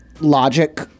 logic